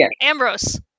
Ambrose